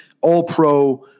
all-pro